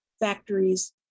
factories